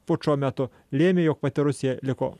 pučo metu lėmė jog pati rusija liko